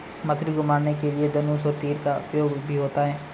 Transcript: मछली को मारने के लिए धनुष और तीर का उपयोग भी होता है